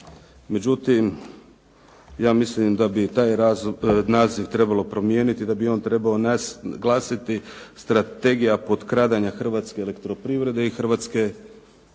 Međutim ja mislim da bi taj naziv trebalo promijeniti i da bi on trebao glasiti Strategija potkradanja hrvatske elektroprivrede i hrvatske